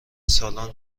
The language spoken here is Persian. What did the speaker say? سالن